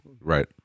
Right